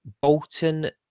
Bolton